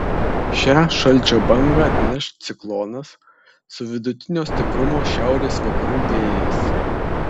šią šalčio bangą atneš ciklonas su vidutinio stiprumo šiaurės vakarų vėjais